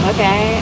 Okay